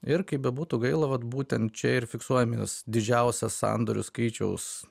ir kaip bebūtų gaila vat būtent čia ir fiksuojamas didžiausias sandorių skaičiaus